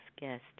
guest